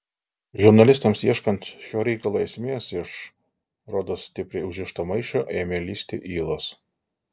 žurnalistams ieškant šio reikalo esmės iš rodos stipriai užrišto maišo ėmė lįsti ylos